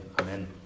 amen